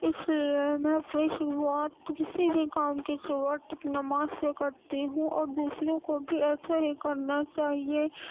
اس لیے میں اپنی شروعات کسی بھی کام کی شروعات نماز سے کرتی ہوں اور دوسروں کو بھی ایسا ہی کرنا چاہیے